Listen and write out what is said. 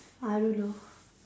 I don't know